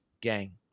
gang